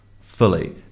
fully